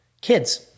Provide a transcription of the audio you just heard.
kids